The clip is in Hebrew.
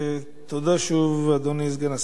תודה שוב, אדוני סגן השר.